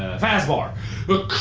ah faz bar ooh